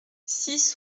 six